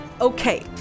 Okay